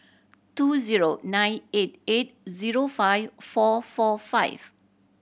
two zero nine eight eight zero five four four five